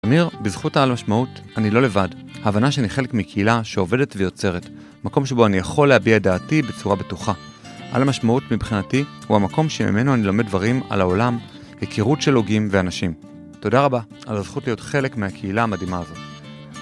עמיר, בזכות המשמעות, אני לא לבד. ההבנה שאני חלק מקהילה שעובדת ויוצרת, מקום שבו אני יכול להביע דעתי בצורה בטוחה. העל המשמעות מבחינתי הוא המקום שממנו אני לומד דברים על העולם, הכירות של הוגים ואנשים. תודה רבה על הזכות להיות חלק מהקהילה המדהימה הזאת.